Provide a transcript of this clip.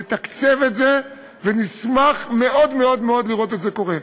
נתקצב את זה ונשמח מאוד מאוד מאוד לראות את זה קורה.